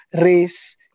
race